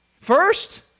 First